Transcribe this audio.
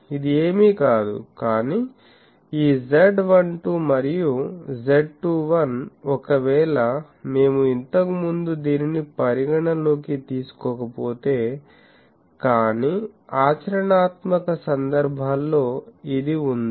ఇది ఏమీ కాదు కానీ ఈ Z12 మరియు Z21ఒకవేళ మేము ఇంతకుముందు దీనిని పరిగణనలోకి తీసుకోకపోతే కానీ ఆచరణాత్మక సందర్భాల్లో ఇది ఉంది